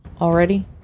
already